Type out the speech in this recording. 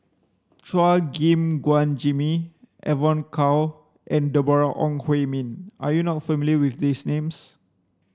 Chua Gim Guan Jimmy Evon Kow and Deborah Ong Hui Min are you not familiar with these names